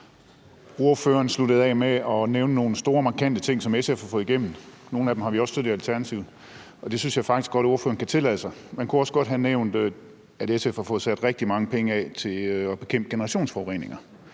Ordføreren sluttede af med at nævne nogle store, markante ting, som SF har fået igennem – nogle af dem har vi også støttet i Alternativet – og det synes jeg faktisk godt ordføreren kan tillade sig. Man kunne også godt have nævnt, at SF har fået sat rigtig mange penge af til at bekæmpe generationsforureninger